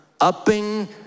upping